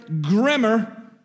grimmer